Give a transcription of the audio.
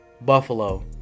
Buffalo